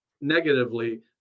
negatively